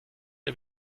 der